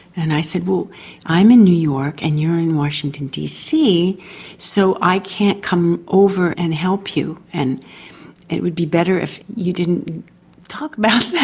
and i said well i'm in new york and you're in washington dc so i can't come over and help you and it would be better if you didn't talk about that.